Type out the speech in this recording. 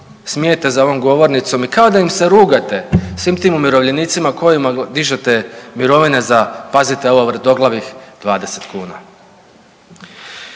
smijete za ovom govornicom i kao da im se rugate svim tim umirovljenicima kojima dižete mirovine za pazite ovo vrtoglavih 20 kuna.